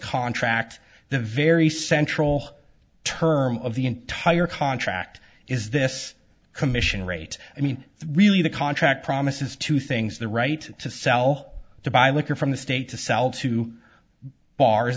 contract the very central term of the entire contract is this commission rate i mean really the contract promises two things the right to sell to buy liquor from the state to sell to bars